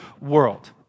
world